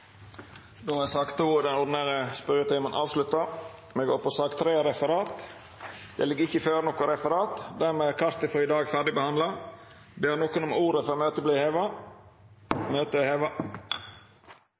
Den ordinære spørjetimen er dermed over. Det ligg ikkje føre noko referat. Dermed er kartet for i dag ferdigbehandla. Ber nokon om ordet før møtet vert heva? – Så er ikkje skjedd, og møtet er heva.